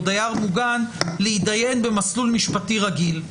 דייר מוגן להידיין במסלול משפטי רגיל.